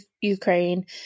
Ukraine